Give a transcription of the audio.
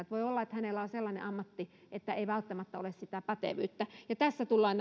voi olla että hänellä on sellainen ammatti että ei välttämättä ole sitä pätevyyttä tässä tullaan